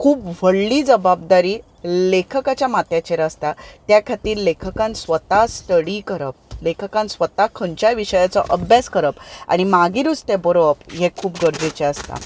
खूब व्हडली जबाबदारी लेखकाच्या माथ्याचेर आसता त्या खातीर लेखकान स्वता स्टडी करप लेखकान स्वता खंयच्याय विशयाचो अभ्यास करप आनी मागीरूच तें बरोवप हें खूब गरजेचें आसता